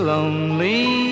Lonely